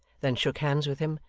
then shook hands with him,